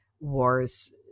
wars